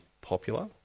popular